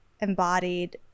embodied